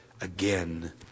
again